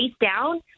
down